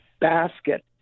basket